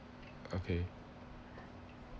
okay